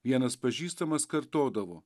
vienas pažįstamas kartodavo